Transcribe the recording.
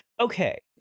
Okay